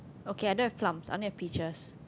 okay I don't have plus I only have peaches